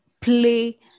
play